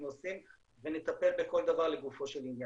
עושים ונטפל בכל דבר לגופו של עניין.